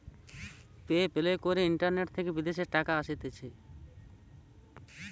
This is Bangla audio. পে প্যালে করে ইন্টারনেট থেকে বিদেশের টাকা আসতিছে